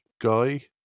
guy